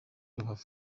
rubavu